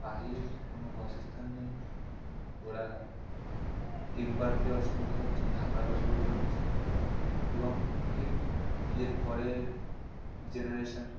পাখির কোনো বাসস্থান নেই ওরা ডিম বাতে অসুবিধা হচ্ছে থাকার অসুবিধা হচ্ছে এবং কিট এর পরের জেনারেশান